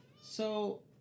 So-